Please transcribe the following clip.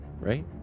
right